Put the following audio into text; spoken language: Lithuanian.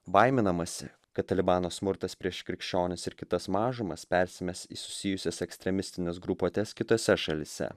baiminamasi kad talibano smurtas prieš krikščionis ir kitas mažumas persimes į susijusias ekstremistines grupuotes kitose šalyse